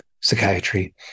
psychiatry